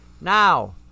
Now